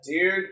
Dude